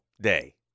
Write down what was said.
Day